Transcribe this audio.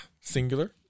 Singular